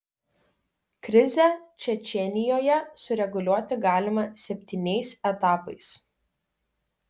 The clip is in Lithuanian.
krizę čečėnijoje sureguliuoti galima septyniais etapais